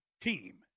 team